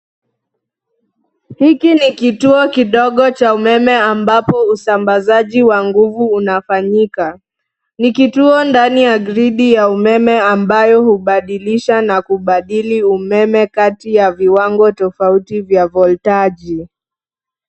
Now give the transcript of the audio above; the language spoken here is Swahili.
Hiki ni kituo kidogo cha umeme ambapo usambazaji wa nguvu unafanyika, ni kituo ndani ya gridi ya umeme ambayo hubadilisha na kubadili umeme kati ya viwango tofauti vya voltaji.